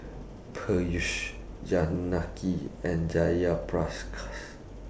Peyush Janaki and Jayaprakash